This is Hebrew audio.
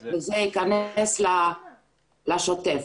אותה וזה ייכנס לשוטף.